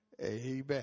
Amen